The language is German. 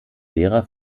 lehrer